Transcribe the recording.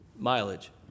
mileage